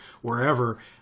wherever